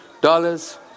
dollars